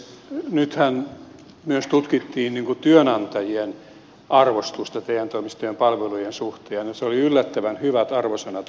nythän myös tutkittiin työnantajien arvostusta te toimistojen palvelujen suhteen ja ne saivat yllättävän hyvät arvosanat